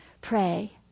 pray